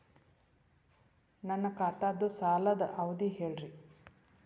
ನನ್ನ ಖಾತಾದ್ದ ಸಾಲದ್ ಅವಧಿ ಹೇಳ್ರಿ